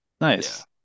nice